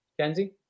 Kenzie